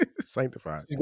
Sanctified